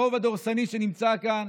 הרוב הדורסני שנמצא כאן,